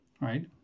right